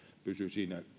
pysyy